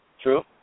True